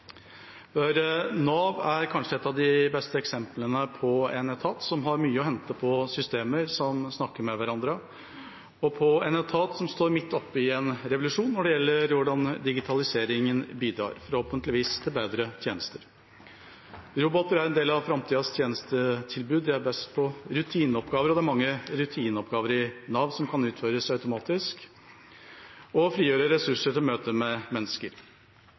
Nav er kanskje et av de beste eksemplene på en etat som har mye å hente på systemer som snakker med hverandre, og på en etat som står midt oppe i en revolusjon når det gjelder hvordan digitaliseringen bidrar – forhåpentligvis – til bedre tjenester. Roboter er en del av framtidas tjenestetilbud. De er best på rutineoppgaver, og det er mange rutineoppgaver i Nav som kan utføres automatisk og frigjøre ressurser til møte med mennesker.